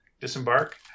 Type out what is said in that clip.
disembark